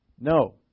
No